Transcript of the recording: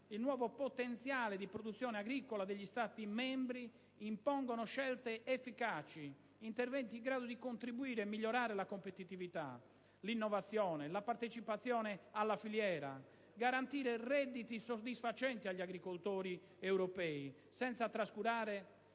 il nuovo potenziale di produzione agricola degli Stati membri impongono scelte efficaci, interventi in grado di contribuire e migliorare la competitività, l'innovazione, la partecipazione alla filiera, garantire redditi soddisfacenti agli agricoltori europei, senza trascurare